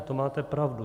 To máte pravdu.